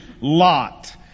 Lot